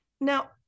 now